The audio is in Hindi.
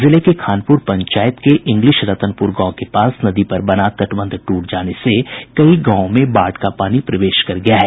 जिले के खानपुर पंचायत के इंग्लिश रतनपुर गांव के पास नदी पर बना तटबंध ट्रट जाने से कई गांवों में बाढ़ का पानी प्रवेश कर गया है